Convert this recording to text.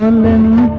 um many